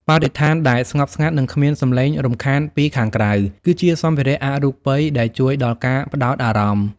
បរិស្ថានដែលស្ងប់ស្ងាត់ និងគ្មានសម្លេងរំខានពីខាងក្រៅ គឺជាសម្ភារៈអរូបិយដែលជួយដល់ការផ្ដោតអារម្មណ៍។